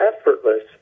effortless